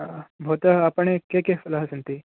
आ भवतः आपणे के के फलानि सन्ति